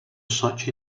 such